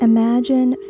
Imagine